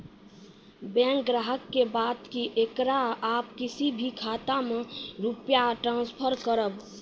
Bank ग्राहक के बात की येकरा आप किसी भी खाता मे रुपिया ट्रांसफर करबऽ?